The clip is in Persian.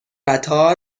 قطار